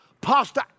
Pastor